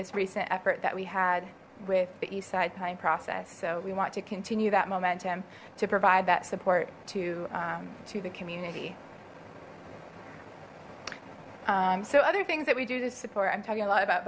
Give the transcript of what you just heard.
this recent effort that we had with the east side planning process so we want to continue that momentum to provide that support to to the community so other things that we do to support i'm talking a lot about